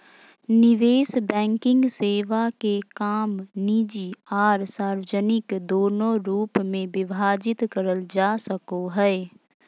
निवेश बैंकिंग सेवा के काम निजी आर सार्वजनिक दोनों रूप मे विभाजित करल जा सको हय